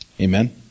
Amen